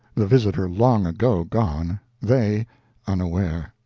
the visitor long ago gone, they unaware.